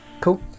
cool